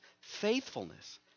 faithfulness